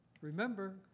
Remember